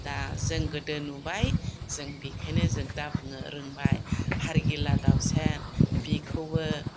दा जों गोदो नुबाय जों बेनिखायनो जों दा बुंनो रोंबाय हारगिला दाउसेन बेखौबो